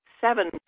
seven